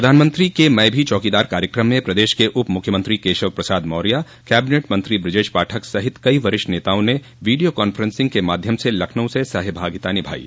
प्रधानमंत्री के मैं भी चौकीदार कार्यक्रम में प्रदेश के उप मुख्यमंत्री केशव प्रसाद मौर्या कैबिनेट मंत्री ब्रजेश पाठक सहित कई वरिष्ठ नेताओं ने वीडियो कांफेंसिंग के माध्यम से लखनऊ से सहभागिता निभायी